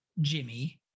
Jimmy